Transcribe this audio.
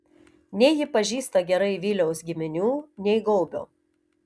nei ji pažįsta gerai viliaus giminių nei gaubio